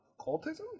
Cultism